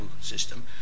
system